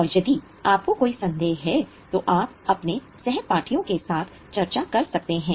और यदि आपको कोई संदेह है तो आप अपने सहपाठियों के साथ चर्चा कर सकते हैं